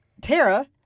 Tara